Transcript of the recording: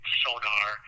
sonar